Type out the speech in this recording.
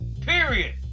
period